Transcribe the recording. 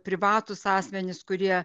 privatūs asmenys kurie